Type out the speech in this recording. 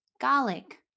garlic